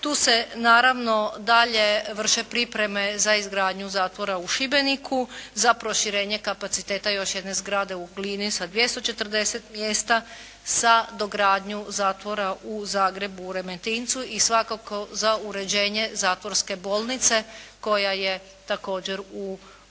Tu se naravno dalje vrše pripreme za izgradnju zatvora u Šibeniku, za proširenje kapaciteta još jedne zgrade u Glini sa 240 mjesta, sa dogradnjom zatvora u Zagrebu u Remetincu. I svakako za uređenje zatvorske bolnice koja je također u lošem